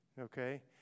Okay